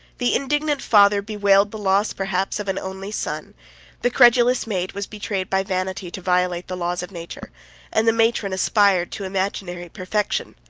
the indignant father bewailed the loss, perhaps, of an only son the credulous maid was betrayed by vanity to violate the laws of nature and the matron aspired to imaginary perfection,